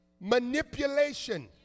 manipulation